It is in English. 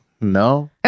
No